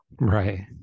Right